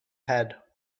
had